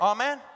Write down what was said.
Amen